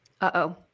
Uh-oh